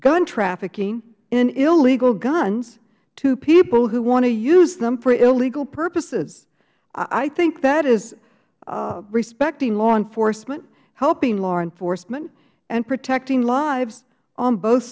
gun trafficking in illegal guns to people who want to use them for illegal purposes i think that is respecting law enforcement helping law enforcement and protecting lives on both